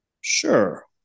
Sure